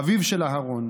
אביו של אהרן,